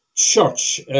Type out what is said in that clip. church